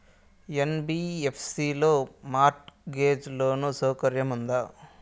NBFC లో mortgage loan సౌకర్యం ఉందా?